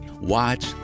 Watch